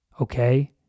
okay